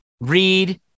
read